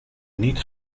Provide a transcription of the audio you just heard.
niet